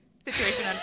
Situation